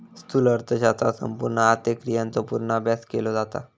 स्थूल अर्थशास्त्रात संपूर्ण आर्थिक क्रियांचो पूर्ण अभ्यास केलो जाता